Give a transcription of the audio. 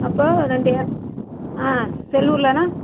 அப்போ ரெண்டு ஏக் ஆ செல்லூர்லன்னா